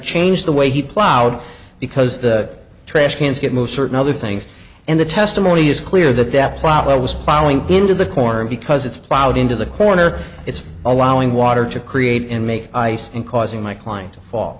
changed the way he plowed because the trash cans get moved certain other things and the testimony is clear that that flower was falling into the corner because it's plowed into the corner it's allowing water to create in make ice and causing my client